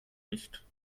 nicht